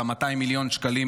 ה-200 מיליון שקלים